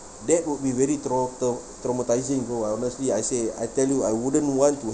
that would be very trau~ t~ traumatising bro I honestly I say I tell you I wouldn't want to